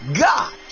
God